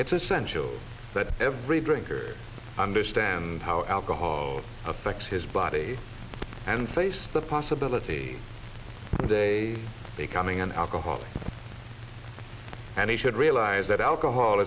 it's essential that every drinker understand how alcohol affects his body and face the possibility of day becoming an alcoholic and he should realize that alcohol